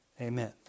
Amen